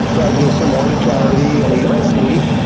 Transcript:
well, give some more to charity and eat less meat.